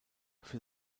für